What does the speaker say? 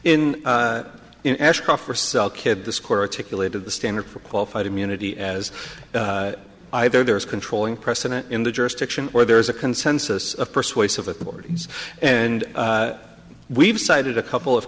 in ashcroft or sell kid the score articulated the standard for qualified immunity as either there is controlling precedent in the jurisdiction or there's a consensus of persuasive authorities and we've cited a couple of